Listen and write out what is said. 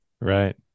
Right